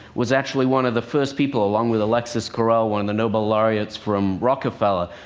was actually one of the first people along with alexis carrel, one of the nobel laureates from rockefeller,